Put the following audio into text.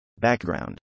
Background